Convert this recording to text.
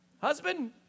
husband